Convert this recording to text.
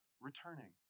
returning